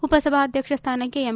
ಉಪಸಭಾಧ್ಯಕ್ಷ ಸ್ಥಾನಕ್ಕೆ ಎಂ